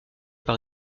par